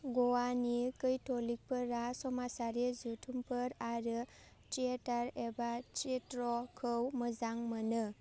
ग'वानि कैथोलिकफोरा समाजारि जुथुमफोर आरो थियाथार एबा थियेथ्र'खौ मोजां मोनो